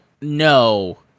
No